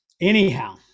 anyhow